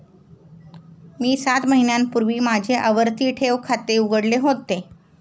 मी सात महिन्यांपूर्वी माझे आवर्ती ठेव खाते उघडले होते